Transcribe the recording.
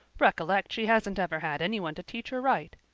recollect she hasn't ever had anyone to teach her right.